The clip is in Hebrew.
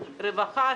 הרווחה,